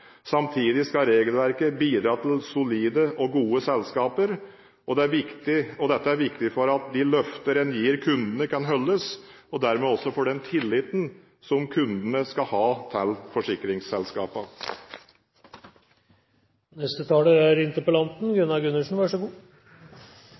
Samtidig skal regelverket bidra til solide og gode selskaper. Dette er viktig for at de løfter en gir kundene, kan holdes, og dermed også for den tilliten som kundene skal ha til